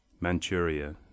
Manchuria